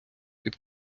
під